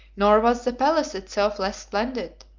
nor was the palace itself less splendid,